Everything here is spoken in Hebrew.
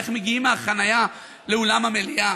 איך מגיעים מהחניה לאולם המליאה.